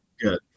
Good